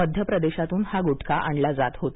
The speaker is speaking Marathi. मध्यप्रदेशातून हा गुटखा आणला जात होता